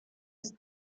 ist